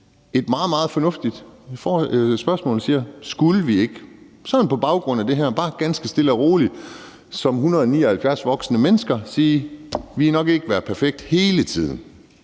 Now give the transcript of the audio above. meget fornuftigt spørgsmål: Skulle vi ikke på baggrund af det her ganske stille og roligt som 179 voksne mennesker sige: Vi har nok ikke været perfekte hele tiden;